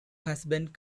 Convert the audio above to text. husband